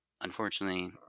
Unfortunately